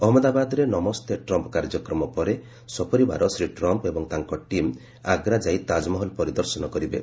ଅହଜ୍ଞଦାବାଦରେ 'Namaste Trump' କାର୍ଯ୍ୟକ୍ରମ ପରେ ସପରିବାର ଶ୍ରୀ ଟ୍ରମ୍ପ୍ ଏବଂ ତାଙ୍କ ଟିମ୍ ଆଗ୍ରା ଯାଇ ତାକ୍ମହଲ୍ ପରିଦର୍ଶନ କରିବେ